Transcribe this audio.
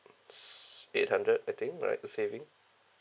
s~ eight hundred I think right a saving